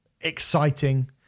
exciting